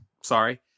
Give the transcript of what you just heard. sorry